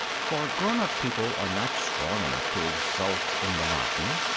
for grown-up people are not strong enough to exult in monotony.